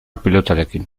pilotarekin